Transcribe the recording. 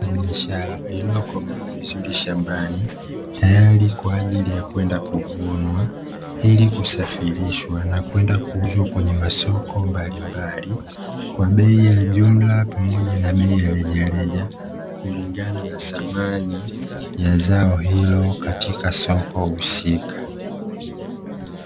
Zao la biashara lililokomaa vizuri shambani tayari kwa ajili ya kwenda kuvunwa ili kusafirishwa na kwenda kuuzwa kwenye masoko mbalimbali; kwa bei ya jumla pamoja na bei ya rejareja, kulingana na thamani ya zao hilo katika soko husika.